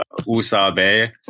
Usabe